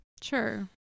Sure